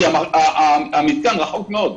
כי המתקן רחוק מאוד.